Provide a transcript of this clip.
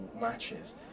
matches